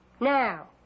Now